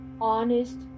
honest